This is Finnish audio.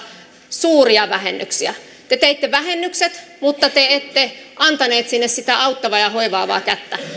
suuria vähennyksiä te teitte vähennykset mutta te te ette antaneet sinne sitä auttavaa ja hoivaavaa kättä